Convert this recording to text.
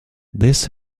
this